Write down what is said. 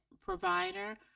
provider